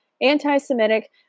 anti-Semitic